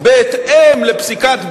בהתאם לפסיקת בג"ץ,